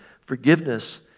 Forgiveness